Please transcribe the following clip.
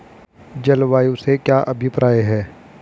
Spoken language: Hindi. जलवायु से क्या अभिप्राय है?